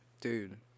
Dude